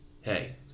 hey